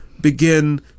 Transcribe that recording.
begin